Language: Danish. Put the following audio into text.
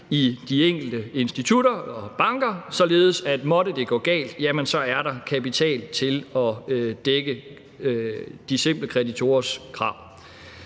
i de enkelte institutter og banker, således at der, måtte det gå galt, er kapital til at dække de simple kreditorers krav.